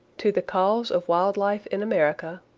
to the cause of wild life in america,